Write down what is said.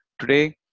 today